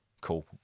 cool